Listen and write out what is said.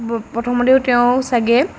প্ৰথমতেও তেওঁ চাগৈ